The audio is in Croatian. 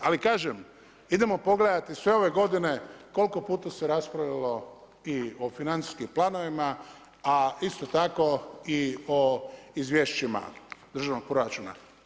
Ali kažem, idemo pogledati sve ove godine koliko puta se raspravljalo i o financijskim planovima a isto tako i o izvješćima državnog proračuna.